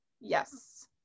yes